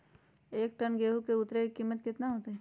एक टन गेंहू के उतरे के कीमत कितना होतई?